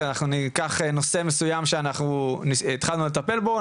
אנחנו ניקח נושא מסויים שאנחנו התחלנו לטפל בו,